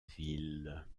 ville